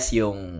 yung